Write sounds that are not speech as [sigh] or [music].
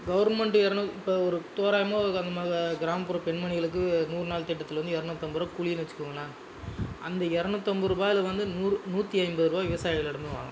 government எரநூறு இப்போ ஒரு தோராயமாக [unintelligible] கிராமப்புற பெண்மணிகளுக்கு நூறுநாள் திட்டத்தில் வந்து எரநூற்றைம்பது ரூபா கூலின்னு வைச்சிக்கோங்களேன் அந்த எரநூற்றைம்பது ரூபாயில வந்து நூறு நூற்றி ஐம்பது ரூபா விவசாயிகளிடமிருந்து வாங்கலாம்